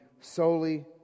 solely